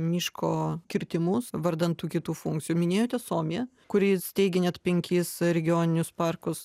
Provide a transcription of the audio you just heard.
miško kirtimus vardan tų kitų funkcijų minėjote suomiją kuris steigė net penkis regioninius parkus